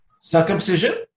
circumcision